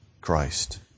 Christ